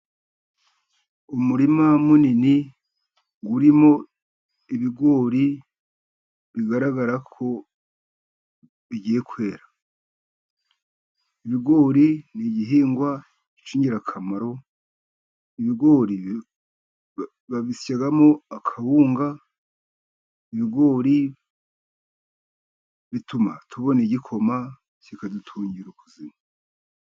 Umurima munini urimo ibigori, bigaragara ko bigiye kwera. Ibigori ni igihingwa k'ingirakamaro, ibigori babisyamo akawunga, ibigori bituma tubona igikoma kikadutungira ubuzima.